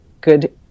good